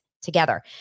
together